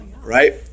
right